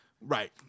Right